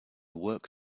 work